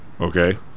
Okay